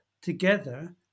together